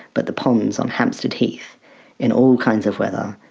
but the ponds on hampstead heath in all kinds of weather,